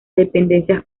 dependencias